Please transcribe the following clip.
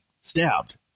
stabbed